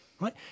right